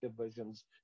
divisions